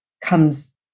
comes